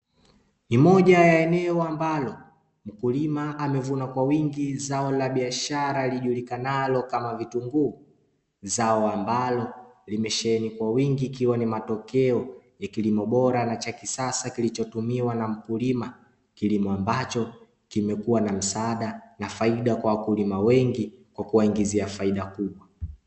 Ni moja ya eneo ambalo mkulima amevuna kwa wingi zao la biashara lilijulikanalo kama vitunguu, zao ambalo limesheni kwa wingi, ikiwa ni matokeo ya kilimo bora na cha kisasa kilichotumiwa na mkulima, kilimo ambacho kimekuwa na msaada na faida kwa wakulima wengi, kwa kuwaingizia faida kubwa.